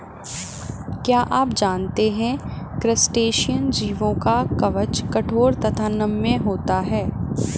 क्या आप जानते है क्रस्टेशियन जीवों का कवच कठोर तथा नम्य होता है?